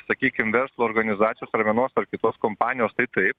sakykim verslo organizacijos ar vienos ar kitos kompanijos tai taip